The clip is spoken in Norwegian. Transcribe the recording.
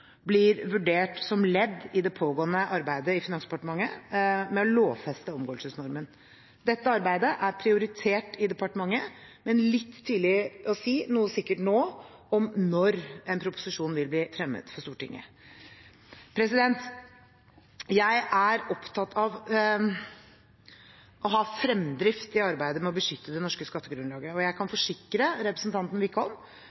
blir vurdert som ledd i det pågående arbeidet i Finansdepartementet med å lovfeste omgåelsesnormen. Dette arbeidet er prioritert i departementet, men det er litt tidlig å si noe sikkert nå om når en proposisjon vil bli fremmet for Stortinget. Jeg er opptatt av å ha fremdrift i arbeidet med å beskytte det norske skattegrunnlaget, og jeg kan forsikre representanten Wickholm